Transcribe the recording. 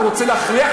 אתה רוצה להכריח,